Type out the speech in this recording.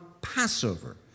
Passover